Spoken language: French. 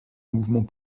mouvement